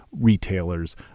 retailers